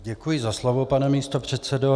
Děkuji za slovo, pane místopředsedo.